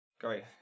Great